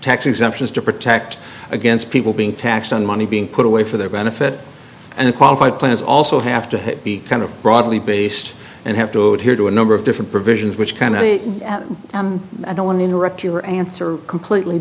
tax exemptions to protect against people being taxed on money being put away for their benefit and qualified plans also have to be kind of broadly based and have to adhere to a number of different provisions which kind of i don't interrupt your answer completely